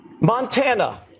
Montana